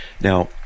now